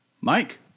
Mike